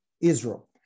Israel